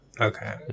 Okay